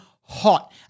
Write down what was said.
hot